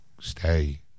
Stay